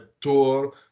Tour